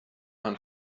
man